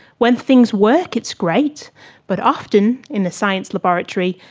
when things work it's great but often, in the science laboratory,